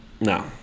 no